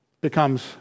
becomes